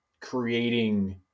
creating